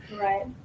Right